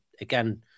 again